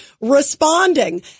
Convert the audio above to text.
responding